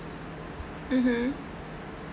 mmhmm